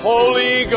Holy